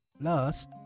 Plus